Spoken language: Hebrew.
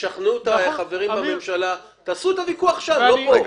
תשכנעו את החברים בממשלה ותעשו את הוויכוח שם ולא כאן.